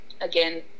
again